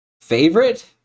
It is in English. Favorite